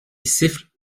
siffle